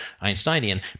Einsteinian